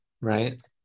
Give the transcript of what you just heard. right